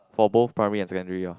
for both primary and secondary ah